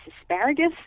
asparagus